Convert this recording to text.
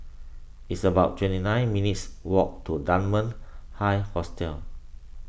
it's about twenty nine minutes' walk to Dunman High Hostel